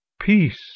peace